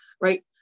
right